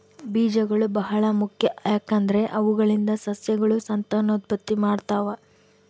ಬೀಜಗಳು ಬಹಳ ಮುಖ್ಯ, ಯಾಕಂದ್ರೆ ಅವುಗಳಿಂದ ಸಸ್ಯಗಳು ಸಂತಾನೋತ್ಪತ್ತಿ ಮಾಡ್ತಾವ